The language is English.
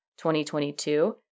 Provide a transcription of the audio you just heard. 2022